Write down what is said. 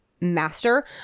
master